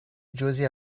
جزعی